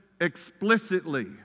explicitly